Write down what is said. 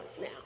now